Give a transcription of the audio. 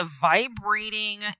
vibrating